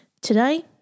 Today